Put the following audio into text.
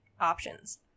options